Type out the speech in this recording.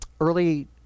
early